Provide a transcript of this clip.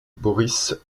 boris